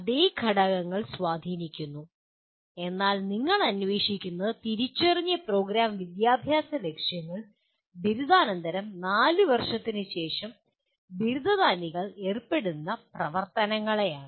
അതേ ഘടകങ്ങൾ സ്വാധീനിക്കുന്നു എന്നാൽ നിങ്ങൾ അന്വേഷിക്കുന്നത് തിരിച്ചറിഞ്ഞ പ്രോഗ്രാം വിദ്യാഭ്യാസ ലക്ഷ്യങ്ങൾ ബിരുദാനന്തരം നാലുവർഷത്തിനുശേഷം ബിരുദധാരികൾ ഏർപ്പെടുന്ന പ്രവർത്തനങ്ങളാണ്